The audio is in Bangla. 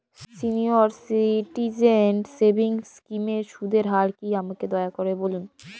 সিনিয়র সিটিজেন সেভিংস স্কিমের সুদের হার কী আমাকে দয়া করে বলুন